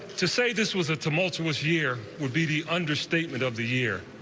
to say this was a tumultuous year would be the understatement of the year.